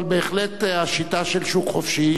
אבל בהחלט השיטה של שוק חופשי,